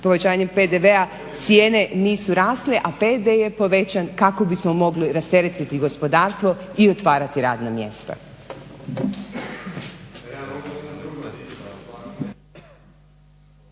povećanje PDV-a cijene nisu rasle a PDV je povećan kako bismo mogli rasteretiti gospodarstvo i otvarati radna mjesta.